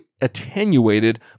attenuated